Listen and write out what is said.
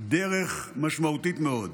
דרך משמעותית מאוד.